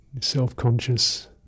self-conscious